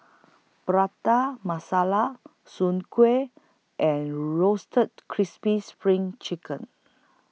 Prata Masala Soon Kuih and Roasted Crispy SPRING Chicken